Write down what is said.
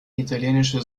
italienische